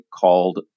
called